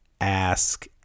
ask